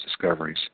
discoveries